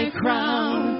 crown